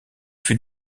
fut